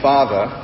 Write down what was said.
Father